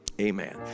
Amen